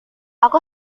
aku